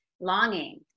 longing